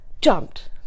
jumped